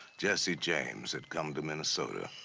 jesse james had come to minnesota.